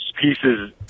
pieces